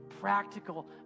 practical